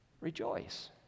rejoice